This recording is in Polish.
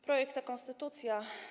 Projekt a konstytucja.